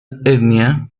etnia